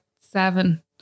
seven